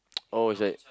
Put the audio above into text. oh it's like